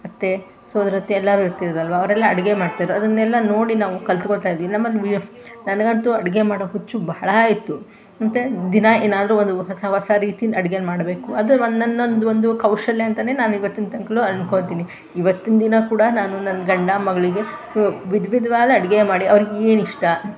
ಅತ್ತೆ ಸೋದರತ್ತೆ ಎಲ್ಲರೂ ಇರ್ತಿದ್ದರು ಅಲ್ವಾ ಅವರೆಲ್ಲ ಅಡುಗೆ ಮಾಡ್ತಿದ್ದರು ಅದನ್ನೆಲ್ಲ ನೋಡಿ ನಾವು ಕಲಿತ್ಕೊಳ್ತಾಯಿದ್ವಿ ನಮ್ಮಲ್ಲಿ ನನಗಂತೂ ಅಡುಗೆ ಮಾಡೋ ಹುಚ್ಚು ಬಹಳಾ ಇತ್ತು ಮತ್ತು ದಿನ ಏನಾದರೂ ಒಂದು ಹೊಸ ಹೊಸ ರೀತಿದು ಅಡುಗೆ ಮಾಡಬೇಕು ಅದು ಒಂದು ನನ್ನ ಒಂದು ಕೌಶಲ್ಯ ಅಂತಲೇ ನಾನು ಇವತ್ತಿನ ತನ್ಕ ಅನ್ಕೊತೀನಿ ಇವತ್ತಿನ ದಿನ ಕೂಡ ನಾನು ನನ್ನ ಗಂಡ ಮಗಳಿಗೆ ವಿಧ ವಿಧವಾದ ಅಡುಗೆ ಮಾಡಿ ಅವ್ರಿಗೆ ಏನು ಇಷ್ಟ